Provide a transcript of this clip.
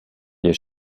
ihr